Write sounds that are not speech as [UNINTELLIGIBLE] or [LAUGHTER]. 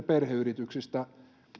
[UNINTELLIGIBLE] perheyrityksistä